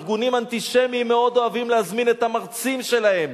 ארגונים אנטישמיים מאוד אוהבים להזמין את המרצים שלהם.